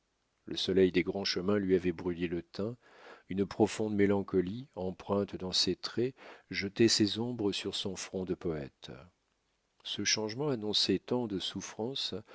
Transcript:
le soleil des grands chemins lui avait bruni le teint une profonde mélancolie empreinte dans ses traits jetait ses ombres sur son front de poète ce changement annonçait tant de souffrances